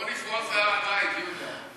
בוא נפרוץ להר-הבית, יהודה.